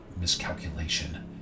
miscalculation